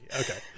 Okay